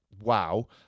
Wow